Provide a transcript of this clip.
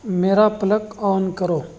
میرا plug on کرو